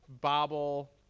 bobble